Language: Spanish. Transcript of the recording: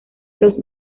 los